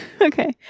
Okay